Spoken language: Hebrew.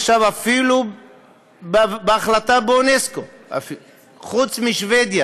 עכשיו, אפילו בהחלטה באונסק"ו, חוץ משבדיה